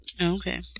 Okay